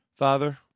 Father